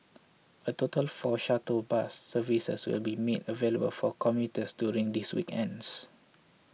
a total four shuttle bus services will be made available for commuters during these weekends